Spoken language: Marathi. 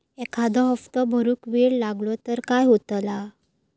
एखादो हप्तो भरुक वेळ लागलो तर काय होतला?